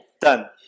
done